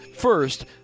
First